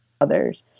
others